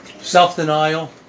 Self-denial